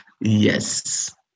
Yes